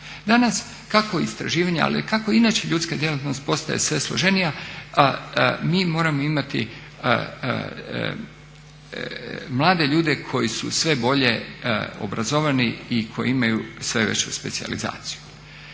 danas kako istraživanja, ali i kako inače ljudska djelatnost postaje sve složenija mi moramo imati mlade ljudi koji su sve bolje obrazovani i koji imaju sve veću specijalizaciju.